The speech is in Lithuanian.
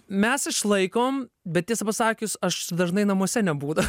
mes išlaikom bet tiesą pasakius aš dažnai namuose nebūna